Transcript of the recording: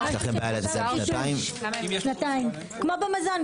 שנתיים, כמו במזון.